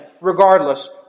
regardless